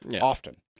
often